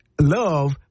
love